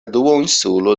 duoninsulo